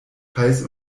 heiß